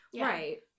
Right